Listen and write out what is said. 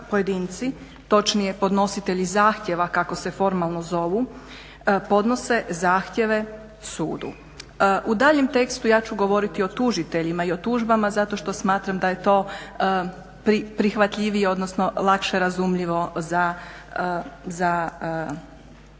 točnije podnositelji zahtjeva kako se formalno zovu podnose zahtjeve sudu. U daljem tekstu ja ću govoriti o tužiteljima i o tužbama zato što smatram da je to prihvatljivije odnosno lakše razumljivo za